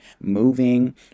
moving